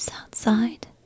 outside